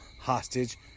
hostage